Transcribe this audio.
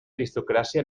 aristocràcia